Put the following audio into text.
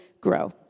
grow